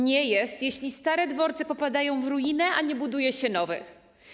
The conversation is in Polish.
Nie jest normą, jeśli stare dworce popadają w ruinę, a nie buduje się nowych.